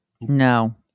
no